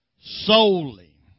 solely